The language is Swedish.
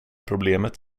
problemet